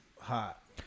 hot